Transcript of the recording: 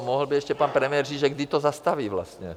Mohl by ještě pan premiér říct, že kdy to zastaví vlastně.